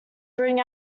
bring